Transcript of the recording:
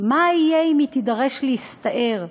מה יהיה אם היא תידרש להסתער.